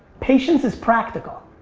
patience is practical.